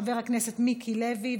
חבר הכנסת מיקי לוי,